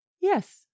Yes